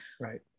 right